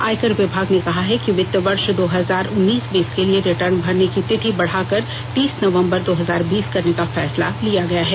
आयकर विभाग ने कहा है कि वित्त वर्ष दो हजार उन्नीस बीस के लिए रिर्टन भरने की तिथि बढ़ाकर तीस नवंबर दो हजार बीस करने का फैसला लिया गया है